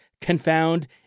confound